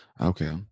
Okay